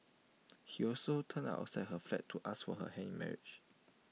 he also turned up outside her flat to ask for her hand in marriage